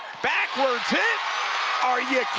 backwards hit are you